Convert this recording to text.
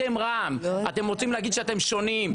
אתם, רע"מ, אתם רוצים להגיד שאתם שונים.